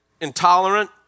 intolerant